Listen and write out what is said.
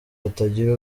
hatagira